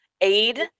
aid